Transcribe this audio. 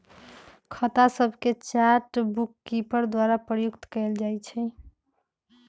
खता सभके chart bookkeeper द्वारा प्रयुक्त कएल जाइ छइ